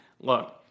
look